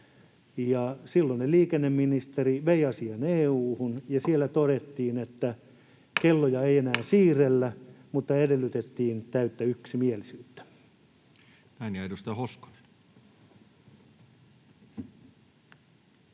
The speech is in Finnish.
Silloinen liikenneministeri vei asian EU:hun, ja siellä todettiin, että kelloja ei enää siirrellä, mutta edellytettiin täyttä yksimielisyyttä. [Speech 85] Speaker: